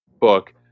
book